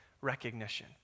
recognition